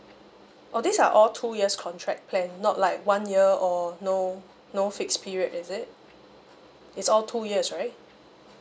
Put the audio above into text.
oh these are all two years contract plan not like one year or no no fix period is it it's all two years right